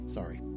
Sorry